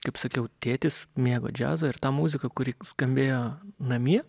kaip sakiau tėtis mėgo džiazą ir ta muzika kuri skambėjo namie